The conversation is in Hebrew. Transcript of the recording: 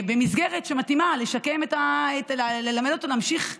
במסגרת שמתאימה כדי ללמד אותו להמשיך,